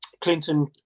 Clinton